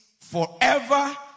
forever